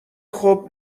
خوب